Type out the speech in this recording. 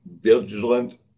vigilant